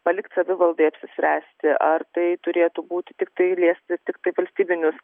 palikt savivaldai apsispręsti ar tai turėtų būti tiktai liesti tiktai valstybinius